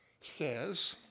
says